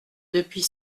depuis